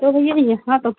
तो भैया यहाँ तो